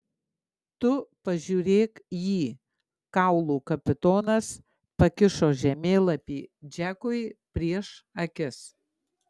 tu pažiūrėk jį kaulų kapitonas pakišo žemėlapį džekui prieš akis